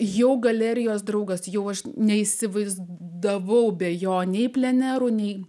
jau galerijos draugas jau aš neįsivaizdavau be jo nei plenero nei